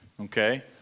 Okay